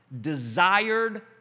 desired